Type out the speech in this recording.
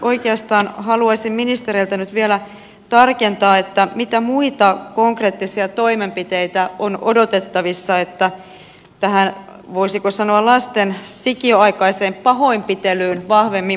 oikeastaan haluaisin ministereiltä nyt vielä tarkennusta että mitä muita konkreettisia toimenpiteitä on odotettavissa jotta tähän voisiko sanoa lasten sikiöaikaiseen pahoinpitelyyn vahvemmin puututtaisiin